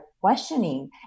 questioning